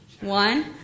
One